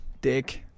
dick